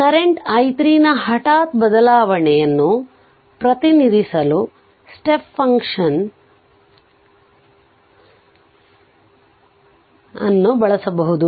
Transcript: ಆದ್ದರಿಂದ ಕರೆಂಟ್ ನ ಹಠಾತ್ ಬದಲಾವಣೆಯನ್ನು ಪ್ರತಿನಿಧಿಸಲು ಸ್ಟೆಪ್ ಫಂಕ್ಷನ್ನನ್ನು ಬಳಸಬಹುದು